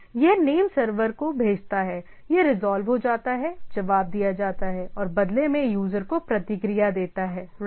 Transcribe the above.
यह name server को भेजता है यह रिजॉल्व हो जाता है जवाब दिया जाता है और बदले में यूजर को प्रतिक्रिया देता है राइट